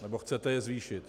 Nebo chcete je zvýšit.